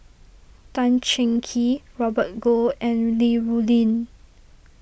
Tan Cheng Kee Robert Goh and Li Rulin